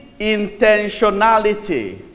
intentionality